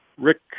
Rick